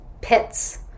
pits